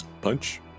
Punch